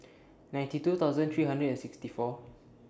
ninety two thousand three hundred and sixty four